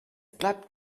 bleibt